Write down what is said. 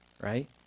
right